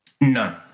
No